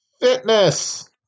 Fitness